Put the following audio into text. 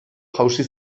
jausi